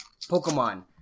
Pokemon